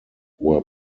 were